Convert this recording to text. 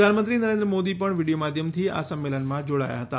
પ્રધાનમંત્રી નરેન્દ્ર મોદી પણ વીડિયો માધ્યમથી આ સંમેલનમાં જોડાયા હતા